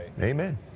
Amen